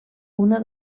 una